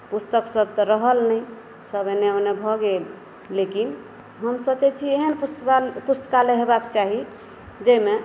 पुस्तक सब तऽ रहल नहि सब एने ओने भऽ गेल लेकिन हम सोचै छी एहेन पुस्तकालय होयबाक चाही जाहिमे